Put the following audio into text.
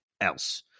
else